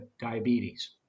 diabetes